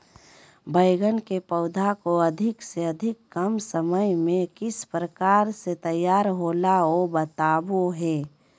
बैगन के पौधा को अधिक से अधिक कम समय में किस प्रकार से तैयारियां होला औ बताबो है?